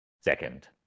second